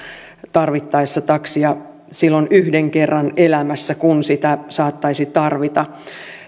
tarvittaessa taksia silloin yhden kerran elämässä kun sitä saattaisi tarvita